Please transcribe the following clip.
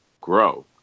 grow